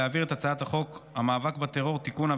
הכנסת החליטה להעביר את הצעת חוק המאבק בטרור (תיקון,